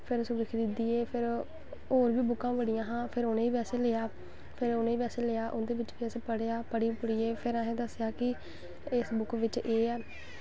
फिर उसगी खरीदियै फिर होर बी बुक्कां बड़ियां हां फिर उ'नें गी लेआ फिर उ'नें गी बी पढ़ी लेआ उ'नें गी पढ़ी पुढ़ियै असें दस्सेआ कि इस बुक्क बिच्च एह् ऐ